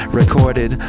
recorded